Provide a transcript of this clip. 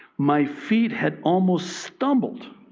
my feet had almost stumbled.